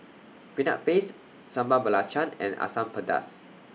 Peanut Paste Sambal Belacan and Asam Pedas